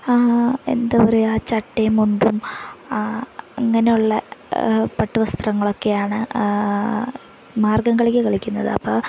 എന്താണ് പറയുക ചട്ടയും മുണ്ടും അങ്ങനെയുള്ള പട്ടു വസ്ത്രങ്ങളൊക്കെയാണ് മാർഗ്ഗംകളിക്ക് ധരിക്കുന്നത് അപ്പോള്